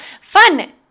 fun